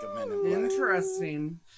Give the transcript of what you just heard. Interesting